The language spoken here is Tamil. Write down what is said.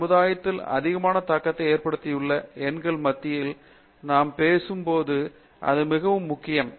சமுதாயத்தில் அதிகமான தாக்கத்தை ஏற்படுத்தியுள்ள எண்களின் மத்தியில் நாம் பேசும் போது இது மிகவும் முக்கியம்